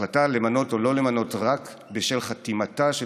ההחלטה למנות או לא למנות רק בשל חתימתה של